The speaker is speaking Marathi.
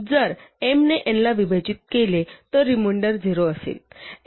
जर m ने n ला विभाजित केले तर रिमेंडर 0 असेल